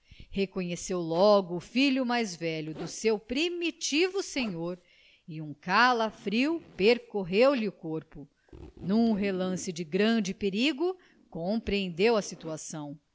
reconheceu logo o filho mais velho do seu primitivo senhor e um calafrio percorreu lhe o corpo num relance de grande perigo compreendeu a situação